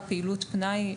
הוא פעילות פנאי,